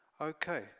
Okay